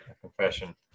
confession